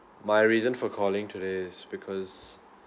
my reason for calling today is because